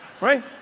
Right